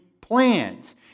plans